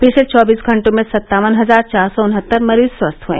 पिछले चौबीस घंटों में सत्तावन हजार चार सौ उनहत्तर मरीज स्वस्थ हए